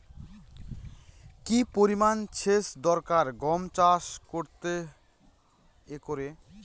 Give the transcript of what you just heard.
কি পরিমান সেচ দরকার গম চাষ করতে একরে?